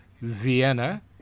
Vienna